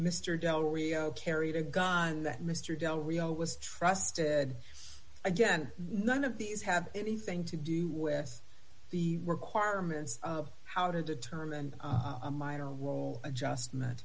mr del rio carried a gun that mr del rio was trusted again none of these have anything to do with the requirements of how to determine a minor role adjustment